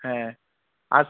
হ্যাঁ আর